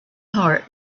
heart